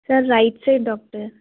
sir right side doctor